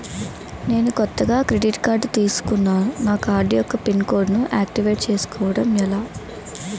నేను కొత్తగా credit card తిస్కున్నా నా కార్డ్ యెక్క పిన్ కోడ్ ను ఆక్టివేట్ చేసుకోవటం ఎలా?